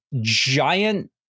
giant